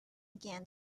again